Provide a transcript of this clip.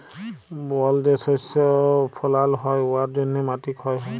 বল যে শস্য ফলাল হ্যয় উয়ার জ্যনহে মাটি ক্ষয় হ্যয়